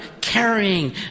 carrying